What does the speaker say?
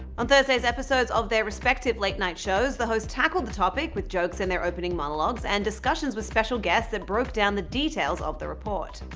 on thursday's episodes of their respective late night shows, the hosts tackled the topic with jokes in their opening monologues and discussions with special guests that broke down the details of the report.